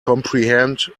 comprehend